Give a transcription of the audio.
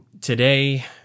today